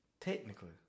Technically